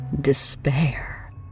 despair